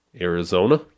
Arizona